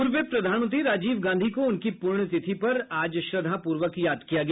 पूर्व प्रधानमंत्री राजीव गांधी को उनकी प्रण्यतिथि पर श्रद्धापूर्वक याद किया गया